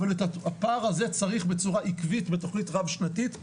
אבל את הפער הזה צריך בצורה עקבית בתוכנית רב שנתית לצמצם.